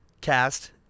cast